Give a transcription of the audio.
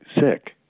sick